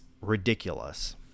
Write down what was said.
ridiculous